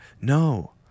No